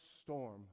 storm